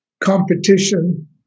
competition